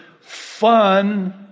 fun